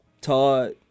Todd –